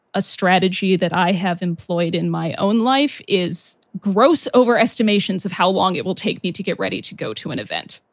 a strategy that i have employed in my own life, is gross overestimation of how long it will take me to get ready to go to an event.